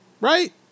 right